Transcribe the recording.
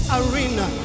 arena